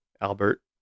Albert